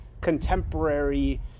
contemporary